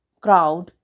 crowd